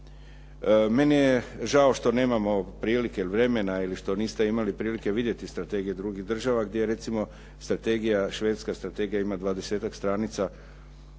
Meni je žao što nemamo prilike, vremena ili što niste imali prilike vidjeti strategije drugih država gdje recimo strategija, Švedska strategija ima dvadesetak stranica